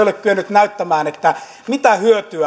näyttämään mitä hyötyä